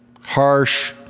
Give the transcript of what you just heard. harsh